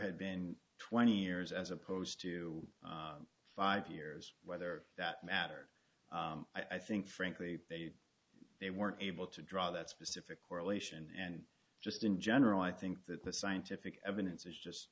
had been twenty years as opposed to five years whether that matter i think frankly they they weren't able to draw that specific correlation and just in general i think that the scientific evidence is just